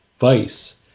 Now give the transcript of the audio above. vice